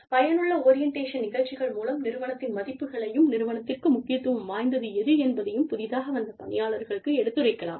பயனுள்ள ஓரியண்டேஷன் நிகழ்ச்சிகள் மூலம் நிறுவனத்தின் மதிப்புகளையும் நிறுவனத்திற்கு முக்கியத்துவம் வாய்ந்தது எது என்பதையும் புதிதாக வந்த பணியாளர்களுக்கு எடுத்துரைக்கலாம்